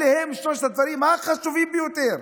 אלה הם שלושת הדברים החשובים ביותר.